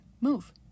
move